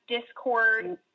Discord